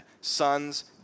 sons